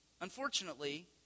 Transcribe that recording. Unfortunately